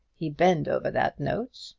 he bend over that note.